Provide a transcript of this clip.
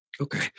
Okay